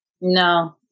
No